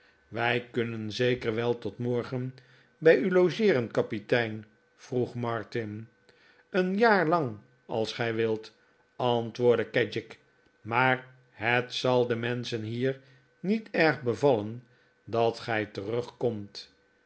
wij kunnen zeker wel tot morgen bij u logeeren kapitein vroeg martin een jaar lang als gij wilt antwoordde kedgick maar het zal den menschen hier niet erg bevallen dat gij terugkomt